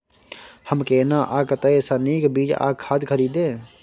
हम केना आ कतय स नीक बीज आ खाद खरीदे?